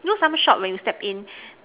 you know some shop when you step in